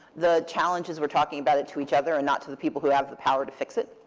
the challenge is we're talking about it to each other and not to the people who have the power to fix it.